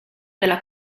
della